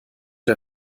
der